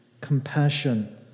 compassion